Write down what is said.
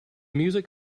music